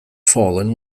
fallen